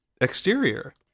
exterior